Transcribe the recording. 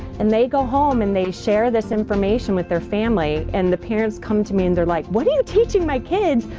and they go home, and they share this information with their family and their parents come to me and they're like what are you teaching my kids?